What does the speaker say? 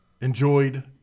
enjoyed